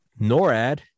NORAD